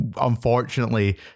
unfortunately